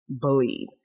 believe